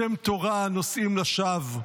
שם תורה נושאים לשווא,